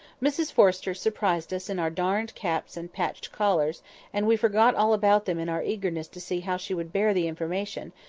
mrs forrester surprised us in our darned caps and patched collars and we forgot all about them in our eagerness to see how she would bear the information,